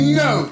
no